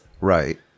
Right